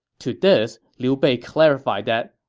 to this, liu bei clarified that,